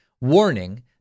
warning